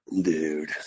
dude